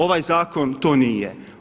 Ovaj zakon to nije.